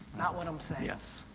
not what i'm saying. yes,